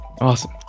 awesome